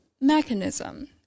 mechanism